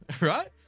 right